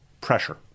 pressure